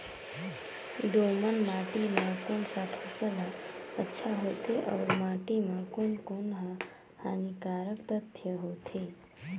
दोमट माटी मां कोन सा फसल ह अच्छा होथे अउर माटी म कोन कोन स हानिकारक तत्व होथे?